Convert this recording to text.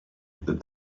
that